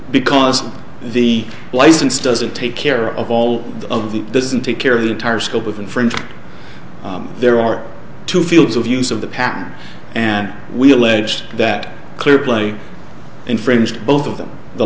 because the license doesn't take care of all of the doesn't take care of the entire scope of inference there are two fields of use of the patent and we alleged that clear plain infringed both of them the